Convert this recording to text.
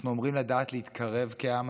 אנחנו אומרים לדעת להתקרב כעם.